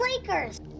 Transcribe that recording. Lakers